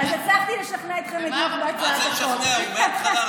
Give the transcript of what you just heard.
אז השאלה שלי היא באמת אם